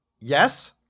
Yes